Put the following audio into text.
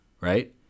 right